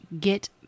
get